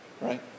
right